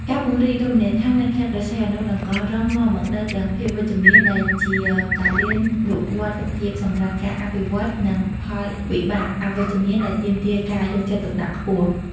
ការពង្រីករមណីយដ្ឋាននៅខេត្តព្រះសីហនុ និងកោះរ៉ុង នាំមកនូវទាំង ភាពវិជ្ជមាន ដែលជាកាលានុវត្តភាពសម្រាប់ការអភិវឌ្ឍ និង ផលវិបាកអវិជ្ជមាន ដែលទាមទារការយកចិត្តទុកដាក់ខ្ពស់។